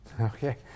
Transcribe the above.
Okay